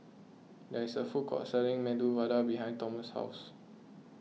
there is a food court selling Medu Vada behind Tomas' house